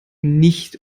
nicht